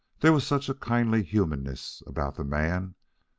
there was such a kindly humanness about the man,